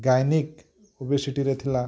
gynaec ଓବେସିଟିରେ ଥିଲା